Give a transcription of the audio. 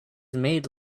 made